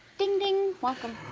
ding ding, welcome.